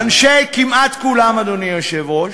כמעט כולם, אדוני היושב-ראש.